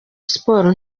sports